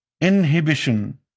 inhibition